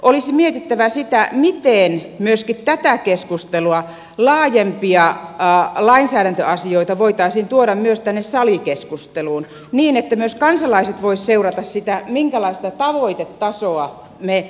olisi mietittävä sitä miten myöskin tätä keskustelua laajempia lainsäädäntöasioita voitaisiin tuoda myös tänne salikeskusteluun niin että myös kansalaiset voisivat seurata sitä minkälaista tavoitetasoa me asetamme